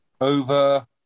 Over